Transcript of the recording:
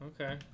Okay